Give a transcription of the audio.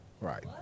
right